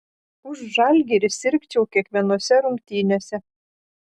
už žalgirį sirgčiau kiekvienose rungtynėse